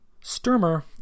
Sturmer